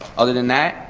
other than that,